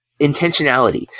intentionality